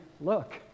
look